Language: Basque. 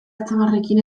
atzamarrekin